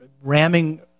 ramming